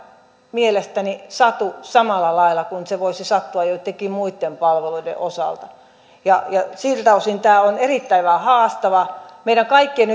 mielestäni satu samalla lailla kuin se voisi sattua joittenkin muitten palveluiden osalta ja siltä osin tämä on erittäin haastava meidän kaikkien